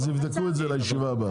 אז תבדקו את זה לישיבה הבאה.